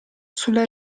sulla